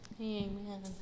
Amen